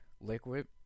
Liquid